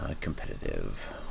competitive